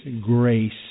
grace